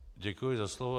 Děkuji za slovo.